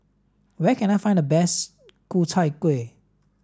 where can I find the best Ku Chai Kueh